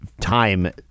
time